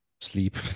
sleep